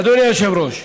אדוני היושב-ראש,